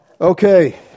Okay